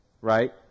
right